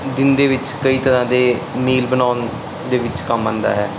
ਦਿਨ ਦੇ ਵਿੱਚ ਕਈ ਤਰ੍ਹਾਂ ਦੇ ਮੀਲ ਬਣਾਉਣ ਦੇ ਵਿੱਚ ਕੰਮ ਆਉਂਦਾ ਹੈ